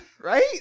right